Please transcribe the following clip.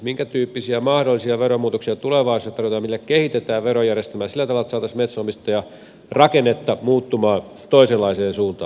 minkä tyyppisiä mahdollisia veromuutoksia tulevaisuudessa tarjotaan joilla kehitetään verojärjestelmää sillä tavalla että saataisiin metsänomistajarakennetta muuttumaan toisenlaiseen suuntaan